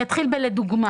אני אתחיל בלדוגמה.